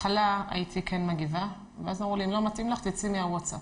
אני מירב, מחטיבת דובר צה"ל.